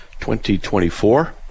2024